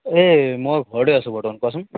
এই মই ঘৰতে আছোঁ বৰ্তমান কোৱাচোন